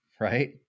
right